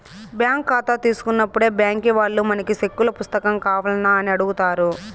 bank కాతా తీసుకున్నప్పుడే బ్యాంకీ వాల్లు మనకి సెక్కుల పుస్తకం కావాల్నా అని అడుగుతారు